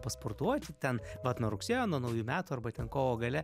pasportuoti ten vat nuo rugsėjo nuo naujų metų arba ten kovo gale